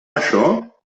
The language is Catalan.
això